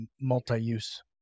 multi-use